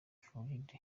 farid